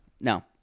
No